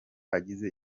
agize